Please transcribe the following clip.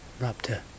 raptor